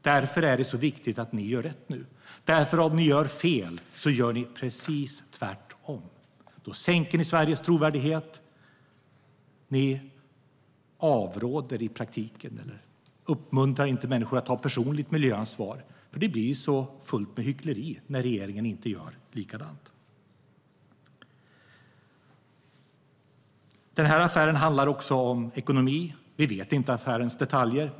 Därför är det viktigt att ni gör rätt nu. Om ni gör fel gör ni nämligen precis tvärtom. Då sänker ni Sveriges trovärdighet. I praktiken uppmuntrar ni inte människor att ta personligt miljöansvar. Det blir fullt av hyckleri när regeringen inte gör likadant. Den här affären handlar också om ekonomi. Vi vet inte affärens detaljer.